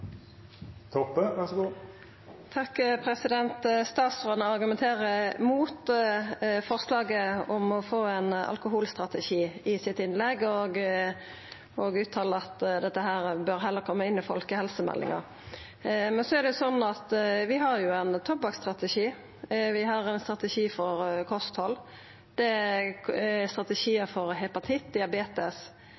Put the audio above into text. mot forslaget om å få ein alkoholstrategi og uttaler at dette heller bør koma inn i folkehelsemeldinga. Men vi har jo ein tobakksstrategi, vi har ein strategi for kosthald, og det er